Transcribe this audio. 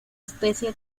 especie